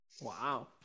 Wow